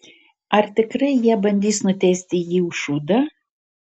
ar tikrai jie bandys nuteisti jį už šūdą